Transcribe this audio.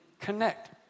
connect